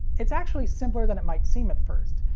it's actually simpler than it might seem at first.